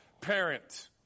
parent